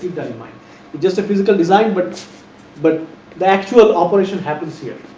that in mind, it just a physical design, but but the actual operation happens here.